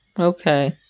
okay